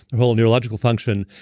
their whole neurological function,